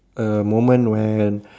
a moment when